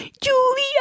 Julia